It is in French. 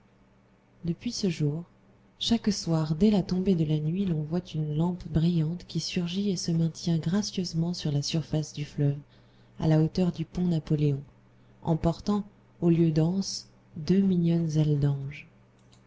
depuis ce jour chaque soir dès la tombée de la nuit l'on voit une lampe brillante qui surgit et se maintient gracieusement sur la surface du fleuve à la hauteur du pont napoléon en portant au lieu d'anse deux